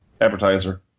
advertiser